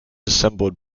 assembled